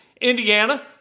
Indiana